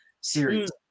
series